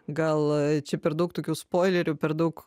gal čia per daug tokių spoilerių per daug